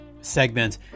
segment